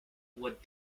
what